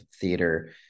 theater